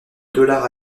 dollars